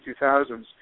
2000s